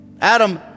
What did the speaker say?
Adam